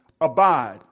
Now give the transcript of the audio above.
abide